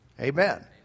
Amen